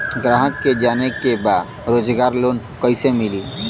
ग्राहक के जाने के बा रोजगार लोन कईसे मिली?